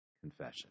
confession